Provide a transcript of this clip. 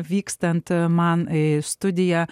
vykstant man į studiją